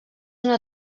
una